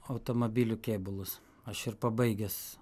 automobilių kėbulus aš ir pabaigęs